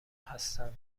هستم